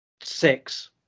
Six